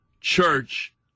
church